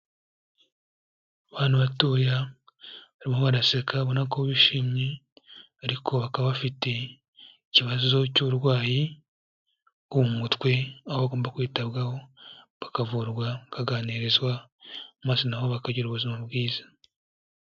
Abana batoya barimo baraseka urabona ko bishimye ariko bakaba bafite ikibazo cy'uburwayi bwo mu mutwe, aho bagomba kwitabwaho bakavurwa bakaganirizwa maze nabo bakagira ubuzima bwiza.